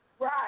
Right